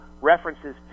references